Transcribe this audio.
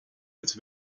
its